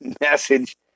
Message